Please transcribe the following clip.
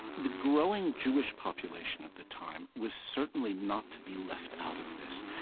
the growing jewish population of the time was certainly not to be left out of this,